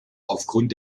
aufgrund